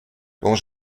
quand